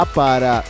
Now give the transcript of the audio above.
para